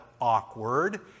awkward